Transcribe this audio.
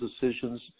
decisions